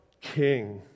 king